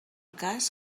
cas